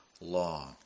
law